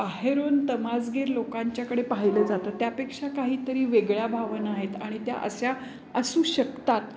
बाहेरून तमासगीर लोकांच्याकडे पाहिलं जातं त्यापेक्षा काहीतरी वेगळ्या भावना आहेत आणि त्या अशा असू शकतात